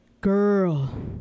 girl